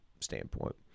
standpoint